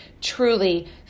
truly